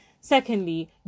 secondly